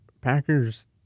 Packers